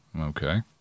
Okay